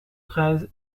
treize